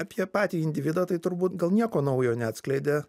apie patį individą tai turbūt gal nieko naujo neatskleidė